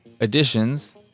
additions